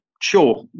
sure